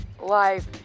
life